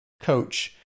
coach